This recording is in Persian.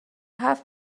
هفت